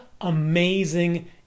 amazing